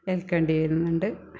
ഏൽക്കേണ്ടി വരുന്നുണ്ട്